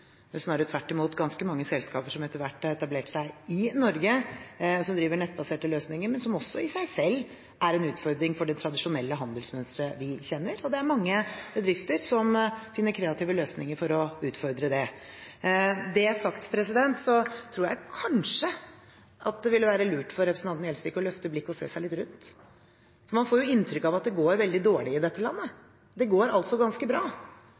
snarere tvert imot ganske mange selskaper som etter hvert har etablert seg i Norge, og som driver med nettbaserte løsninger, men som i seg selv også er en utfordring for det tradisjonelle handelsmønsteret vi kjenner. Det er mange bedrifter som finner kreative løsninger for å utfordre det. Det sagt tror jeg kanskje det ville være lurt av representanten Gjelsvik å løfte blikket og se seg litt rundt. Man får jo inntrykk av at det går veldig dårlig i dette landet. Det går ganske bra.